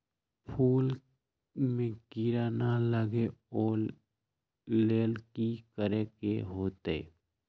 फूल में किरा ना लगे ओ लेल कि करे के होतई?